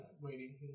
waiting